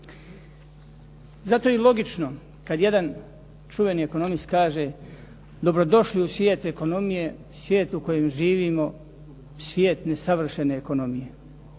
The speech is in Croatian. Zato je i logično kad jedan čuveni ekonomist kaže dobro došli u svije ekonomije, svije u kojem živimo, svijet nesavršene ekonomije.